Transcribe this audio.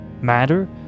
matter